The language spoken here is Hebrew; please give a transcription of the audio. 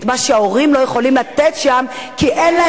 את מה שההורים לא יכולים לתת שם.